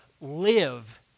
live